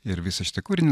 ir visą šitą kūrinį